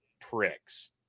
pricks